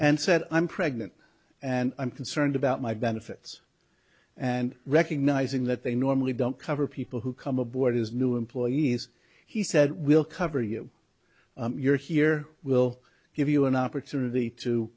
and said i'm pregnant and i'm concerned about my benefits and recognizing that they normally don't cover people who come aboard his new employees he said we'll cover you you're here we'll give you an opportunity